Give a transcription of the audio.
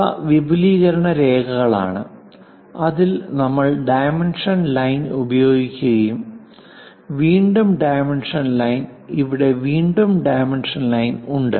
ഇവ വിപുലീകരണ രേഖകളാണ് അതിൽ നമ്മൾ ഡൈമൻഷൻ ലൈൻ ഉപയോഗിക്കും വീണ്ടും ഡൈമൻഷൻ ലൈൻ ഇവിടെ വീണ്ടും ഡൈമൻഷൻ ലൈൻ ഉണ്ട്